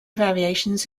variations